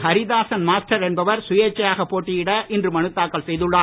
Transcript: Haridasan master என்பவர் சுயேட்சியாக போட்டியிட இன்று மனுதாக்கல் செய்துள்ளார்